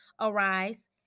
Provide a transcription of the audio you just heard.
arise